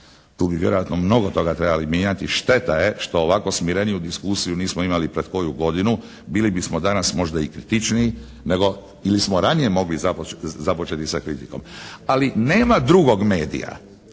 Tu bi vjerojatno mnogo toga trebali mijenjati. Šteta je što ovako smireniju diskusiju nismo imali pred koju godinu, bili bismo danas možda i kritičniji nego, ili smo ranije mogli započeti sa kritikom. Ali nema drugog medija